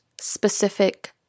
specific